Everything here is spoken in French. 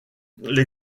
les